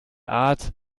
art